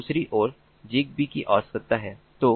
पर दूसरी ओर ZigBee की आवश्यकता है